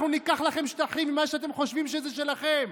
אנחנו ניקח לכם שטחים, ממה שאתם חושבים שזה שלכם,